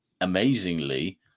Amazingly